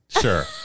Sure